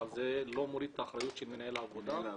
אבל זה לא מוריד את האחריות של מנהל העבודה.